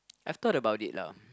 I've thought about it lah